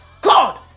God